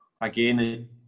again